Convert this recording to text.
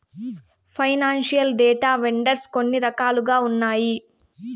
financial data vendors కొన్ని రకాలుగా ఉన్నాయి